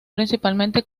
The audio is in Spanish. principalmente